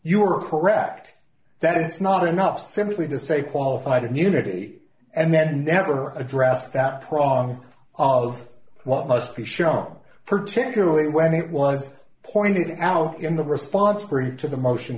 you are correct that it's not enough simply to say qualified immunity and then never address that prong of what must be shown particularly when it was pointed out in the response to the motion